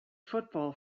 football